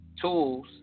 tools